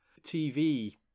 TV